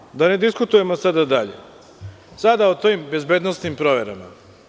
Druga stvar, da ne diskutujemo sada dalje, sada o tim bezbednosnim proverama.